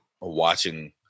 watching